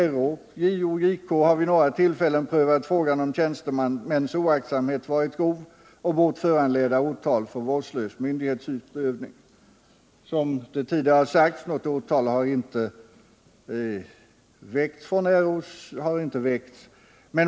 RÅ, JO och JK har vid några tillfällen prövat frågan huruvida tjänstemäns oaktsamhet varit grov och bort föranleda åtal för vårdslös myndighetsutövning. Som tidigare sagts har något åtal inte väckts.